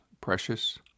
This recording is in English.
precious